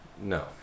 no